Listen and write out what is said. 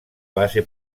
base